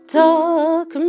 talk